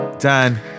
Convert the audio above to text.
Dan